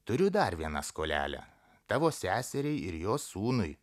turiu dar vieną skolelę tavo seseriai ir jos sūnui